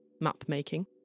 map-making